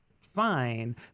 fine